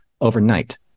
overnight